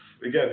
again